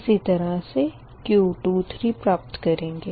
इसी तरह से Q23 प्राप्त करेंगे